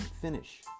finish